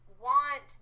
want